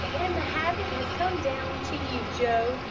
and the habit has come down to you, joe,